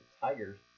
Tigers